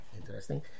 Interesting